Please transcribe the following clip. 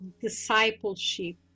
discipleship